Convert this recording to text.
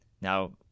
now—